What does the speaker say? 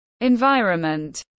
Environment